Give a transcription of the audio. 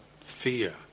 fear